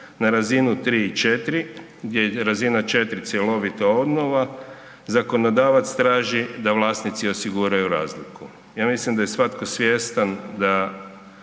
na razinu 3 i 4 gdje je 4 cjelovita obnova, zakonodavac traži da vlasnici osiguraju razliku. Ja mislim da je svatko svjestan da